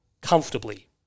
Comfortably